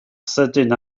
sydyn